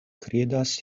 kredas